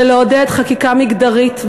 ולבקש לעודד חקיקה מגדרית,